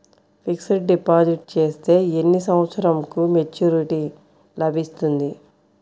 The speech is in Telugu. ఫిక్స్డ్ డిపాజిట్ చేస్తే ఎన్ని సంవత్సరంకు మెచూరిటీ లభిస్తుంది?